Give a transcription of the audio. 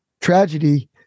tragedy